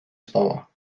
spała